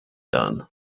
dunne